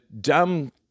dumb